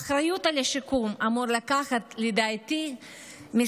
את האחריות לשיקום אמור לקחת משרד